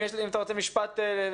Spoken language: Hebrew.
אם אתה רוצה משפט סיכום,